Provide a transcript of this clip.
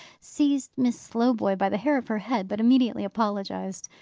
seized miss slowboy by the hair of her head, but immediately apologised.